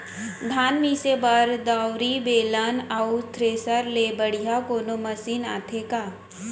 धान मिसे बर दंवरि, बेलन अऊ थ्रेसर ले बढ़िया कोनो मशीन आथे का?